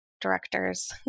directors